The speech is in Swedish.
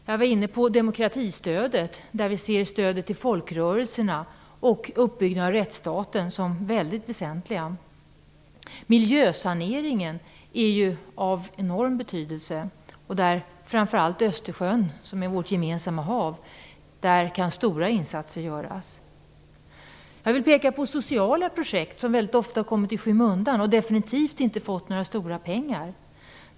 Jag var inne på demokratistödet. Stödet till folkrörelserna och uppbyggnaden av rättsstaten ser vi som väldigt väsentliga. Miljösaneringen är av enorm betydelse. I fråga framför allt om Östersjön, vårt gemensamma hav, kan stora insatser göras. Sedan vill jag peka på sociala projekt som väldigt ofta har kommit i skymundan och som definitivt inte har fått några stora pengar.